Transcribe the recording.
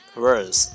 words